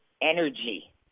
Energy